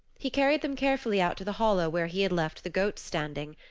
he carried them carefully out to the hollow where he had left the goats standing.